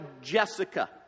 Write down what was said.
Jessica